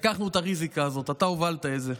לקחנו את הריזיקה הזאת, אתה הובלת את זה.